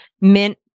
mint